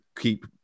keep